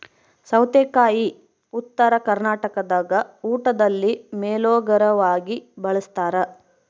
ಸೌತೆಕಾಯಿ ಉತ್ತರ ಕರ್ನಾಟಕದಾಗ ಊಟದಲ್ಲಿ ಮೇಲೋಗರವಾಗಿ ಬಳಸ್ತಾರ